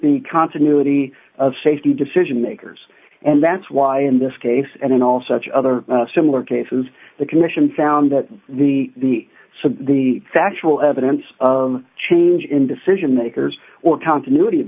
the continuity of safety decision makers and that's why in this case and in all such other similar cases the commission found that the so the factual evidence of change in decision makers or continuity of